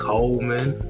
Coleman